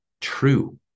true